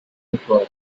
before